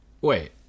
Wait